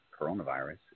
coronavirus